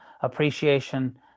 appreciation